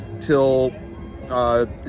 till